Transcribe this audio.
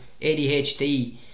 ADHD